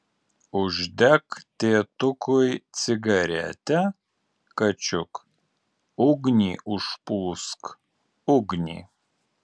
uždek tėtukui cigaretę kačiuk ugnį užpūsk ugnį